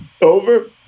Over